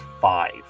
five